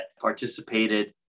participated